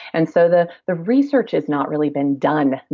and so the the research has not really been done.